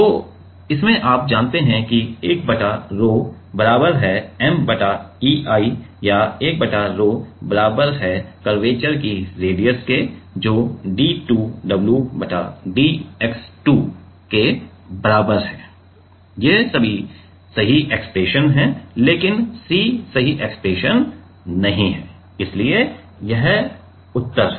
तो इसमें आप जानते हैं कि 1 बटा rho बराबर है M बटा EI या 1 बटा rho बराबर है करवेचर की रेडियस के जो d2wdx2 के बराबर है ये सभी सही एक्सप्रेशन हैं लेकिन c सही एक्सप्रेशन नहीं है इसलिए यह उत्तर है